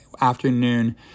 afternoon